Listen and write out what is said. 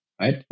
right